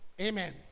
Amen